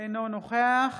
אינו נוכח